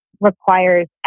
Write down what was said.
requires